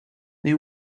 they